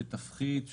שתפחית,